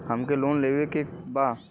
हमके लोन लेवे के बा?